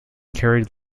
carried